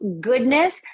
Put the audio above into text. goodness